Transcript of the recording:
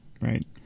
right